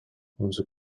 onze